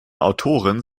autoren